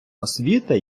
освіта